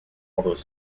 although